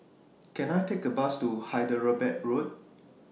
Can I Take A Bus to Hyderabad Road